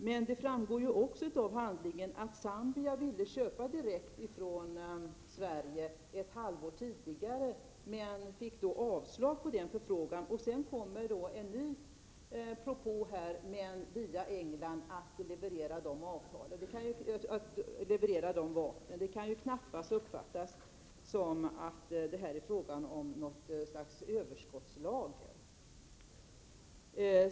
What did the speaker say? Men det framgår också av handlingarna att Zambia ville köpa direkt från Sverige ett halvår tidigare och då fick avslag på den förfrågan. Därefter kom en ny propå, via England, att leverera de vapnen. Det kan ju knappast uppfattas som att det är fråga om något slags överskottslager.